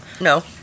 No